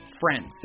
friends